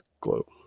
globe